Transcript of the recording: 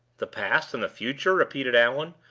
the past and the future? repeated allan,